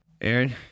Aaron